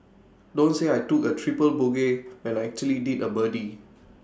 don't say I took A triple bogey when I actually did A birdie